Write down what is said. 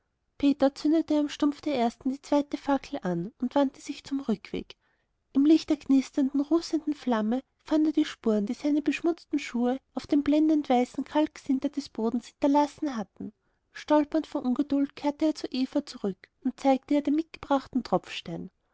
am stumpf der ersten die zweite fackel an und wandte sich zum rückweg im licht der knisternden rußenden flamme fand er die spuren die seine beschmutzten schuhe auf dem blendendweißen kalksinter des bodens hinterlassen hatten stolpernd vor ungeduld kehrte er zu eva zurück und zeigte ihr den mitgebrachten tropfstein